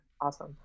Awesome